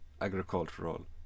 Agricultural